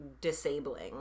disabling